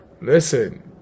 Listen